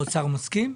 האוצר מסכים?